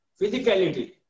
physicality